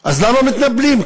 אז למה מתנפלים?